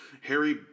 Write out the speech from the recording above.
Harry